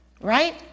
right